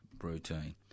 routine